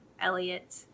Elliot